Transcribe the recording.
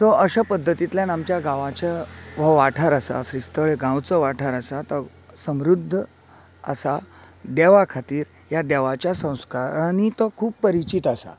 so अशे पध्दतींतल्यान आमच्या गांवाच्या हो वाठार आसा श्रीस्थळ हे गांवचो वाठार आसा तो समृध्द आसा देवा खातीर ह्या देवाच्या संस्कारांनी तो खूब परिचीत आसा